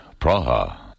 Praha